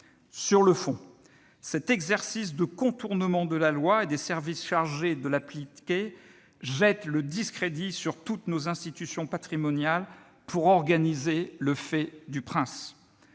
Sur le fond, cet exercice de contournement de la loi et des services chargés de l'appliquer jette le discrédit sur toutes nos institutions patrimoniales pour organiser le fait du Prince.